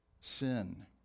sin